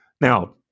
Now